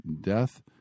death